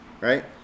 right